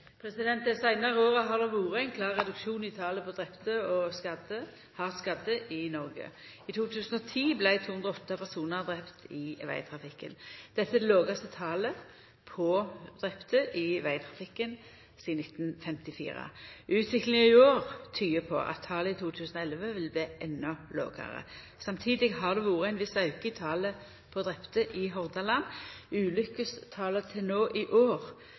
Dei seinare åra har det vore ein klar reduksjon i talet på drepne og hardt skadde i Noreg. I 2010 vart 208 personar drepne i vegtrafikken. Dette er det lågaste talet på drepne i vegtrafikken sidan 1954. Utviklinga i år tyder på at talet i 2011 vil bli enda lågare. Samstundes har det vore ein viss auke i talet på drepne i Hordaland. Ulukkestala til no i år